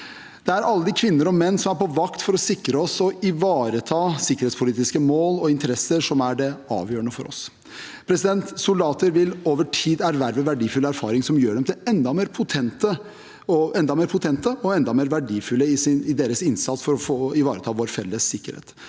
Det er alle de kvinner og menn som er på vakt for å sikre oss og ivareta sikkerhetspolitiske mål og interesser, som er det avgjørende for oss. Soldater vil over tid erverve verdifull erfaring som gjør dem enda mer potente og verdifulle i sin innsats for å ivareta vår felles sikkerhet.